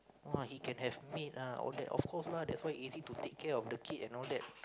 !wah! he can have maid ah all that of course lah that's why easy to take care of the kid and all that